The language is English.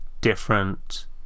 different